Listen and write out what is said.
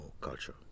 culture